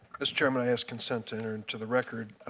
mr. chairman i ask consent to enter into the record